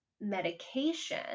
medication